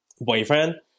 boyfriend